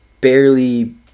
barely